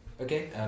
Okay